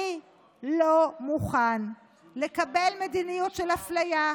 אני לא מוכן לקבל מדיניות של אפליה.